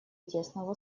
тесного